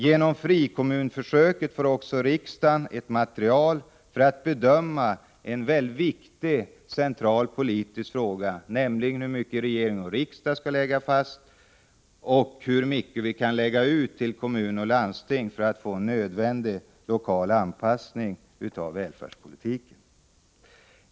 Genom frikommunsförsöket får också riksdagen ett material för att bedöma den centrala politiska frågan hur mycket regering och riksdag skall lägga fast och hur mycket man kan lägga ut till kommuner och landsting för att få en nödvändig lokal anpassning av välfärdspolitiken.